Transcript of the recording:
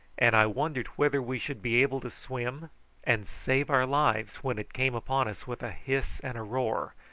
and i wondered whether we should be able to swim and save our lives when it came upon us with a hiss and a roar,